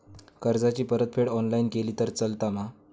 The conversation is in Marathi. कर्जाची परतफेड ऑनलाइन केली तरी चलता मा?